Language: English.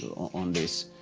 on this,